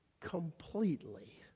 completely